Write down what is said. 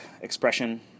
expression